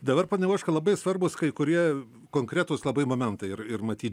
dabar pone ivoška labai svarbūs kai kurie konkretūs labai momentai ir ir matyt